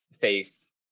face